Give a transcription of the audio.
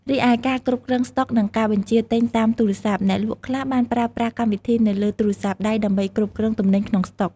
រីឯ ការគ្រប់គ្រងស្តុក និងការបញ្ជាទិញតាមទូរសព្ទ អ្នកលក់ខ្លះបានប្រើប្រាស់កម្មវិធីនៅលើទូរសព្ទដៃដើម្បីគ្រប់គ្រងទំនិញក្នុងស្តុក។